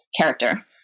character